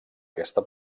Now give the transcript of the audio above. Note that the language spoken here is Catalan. aquesta